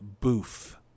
boof